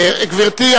גברתי,